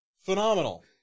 phenomenal